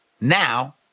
now